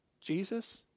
Jesus